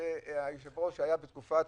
היושב-ראש בתקופת